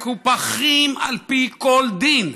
שמקופחים על פי כל דין,